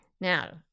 Now